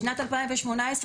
בשנת 2018,